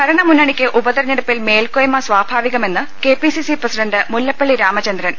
ഭരണമുന്നണിക്ക് ഉപതെരഞ്ഞെടുപ്പിൽ മേൽക്കോയ്മ സാഭാ വികമെന്ന് കെപിസിസി പ്രസിഡന്റ് മുല്ലപ്പളളി രാമചന്ദ്രൻ